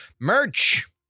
Merch